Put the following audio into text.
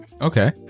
Okay